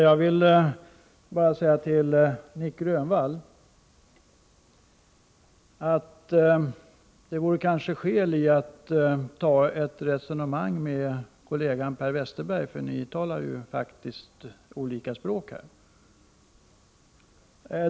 Herr talman! Det vore kanske, Nic Grönvall, skäl i att föra ett resonemang med kollegan Per Westerberg. Ni talar ju faktiskt olika språk här.